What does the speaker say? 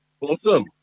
awesome